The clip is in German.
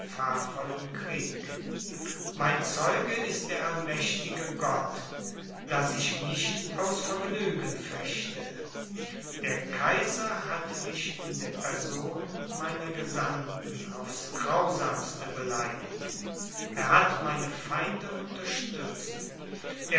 krieg mein zeuge ist der allmächtige gott daß ich nicht aus vergnügen fechte der kaiser hat mich in der person meiner gesandten aufs grausamste beleidigt er hat meine feinde unterstützt